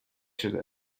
شده